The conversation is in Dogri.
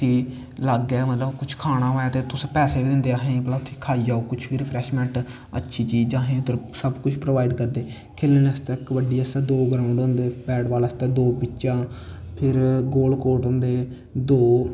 ते लाग्गै मतलव कुश खाना होऐ तां पैसे बी दिंदे असेंगी खाई आओ कुश बी रिफ्रैशमैंट अच्छी चींजां असेंगी सब कुश प्रोबाईड़ करदे खेलनै आस्तै कबड्डी आस्तै दो ग्राउंड़ होंदे बैट बॉल आस्तै दो पिच्चां फिर गोल कोट होंदे दो